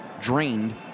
drained